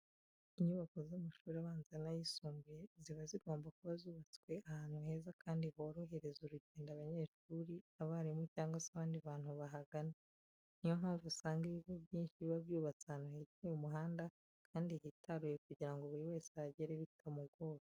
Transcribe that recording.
Inyubako z'amashuri abanza n'ayisumbuye ziba zigomba kuba zubatswe ahantu heza kandi horohereza urugendo abanyeshuri, abarimu cyangwa se abandi bantu bahagana. Niyo mpamvu usanga ibigo byinshi biba byubatse ahantu hegereye umuhanda kandi hitaruye kugira ngo buri wese ahagere bitamugoye.